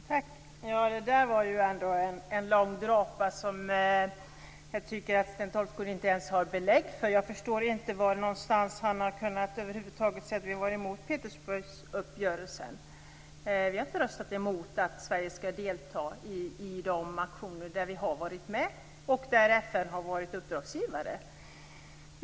Fru talman! Det där var ju ändå en lång drapa som jag inte ens tycker att Sten Tolgfors har belägg för. Jag förstår inte var han över huvud taget har kunnat se att vi är emot Petersbergsuppgifterna. Vi har inte röstat emot att Sverige skall delta i de aktioner där vi har varit med och där FN har varit uppdragsgivare.